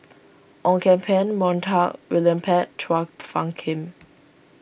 Ong Kian Peng Montague William Pett Chua Phung Kim